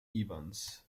evans